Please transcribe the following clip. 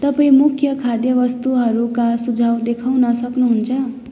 तपाईँ मुख्य खाद्य वस्तुहरूका सुझाउ देखाउन सक्नुहुन्छ